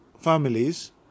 families